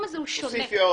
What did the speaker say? היושב הראש,